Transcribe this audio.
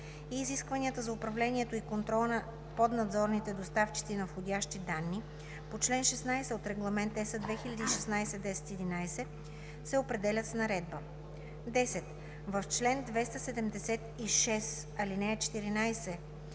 и изискванията за управлението и контрола за поднадзорните доставчици на входящи данни по чл. 16 от Регламент (ЕС) 2016/1011, се определят с наредба.“ 10. В чл. 276, ал. 14